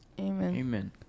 Amen